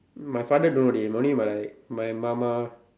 my father no dey only my my மாமா:maamaa